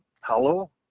Hello